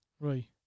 right